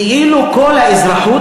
כאילו כל האזרחות,